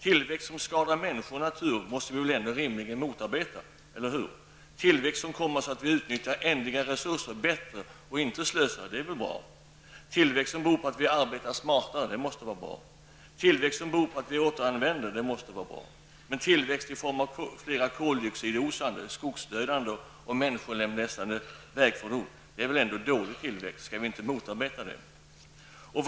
Tillväxt som skadar människor och natur måste vi väl rimligen motarbeta, eller hur? Det är väl bra med tillväxt som kommer sig av att vi utnyttjar ändliga resurser bättre och inte slösar? Det måste vara bra med tillväxt som beror på att vi arbetar smartare och som beror på att vi återanvänder? Men tillväxt i form av fler koldioxidosande, skogsdödande och människolemlästande vägfordon är väl ändå en dålig tillväxt? Bör inte en sådan tillväxt motarbetas?